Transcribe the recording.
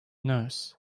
nurse